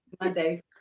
Monday